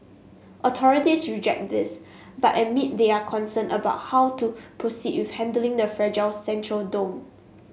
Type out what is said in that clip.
authorities reject this but admit they are concerned about how to proceed with handling the fragile central dome